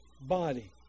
body